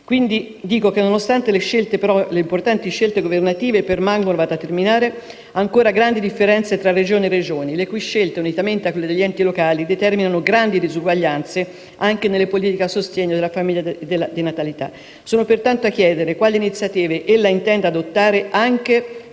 sterili. Nonostante le importanti scelte governative, permangono ancora grandi differenze tra Regione e Regione, le cui scelte, unitamente a quelle degli enti locali, determinano grandi disuguaglianze anche nelle politiche a sostegno della famiglia e della natalità. Sono pertanto a chiedere quali iniziative ella intenda adottare anche